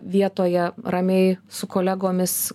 vietoje ramiai su kolegomis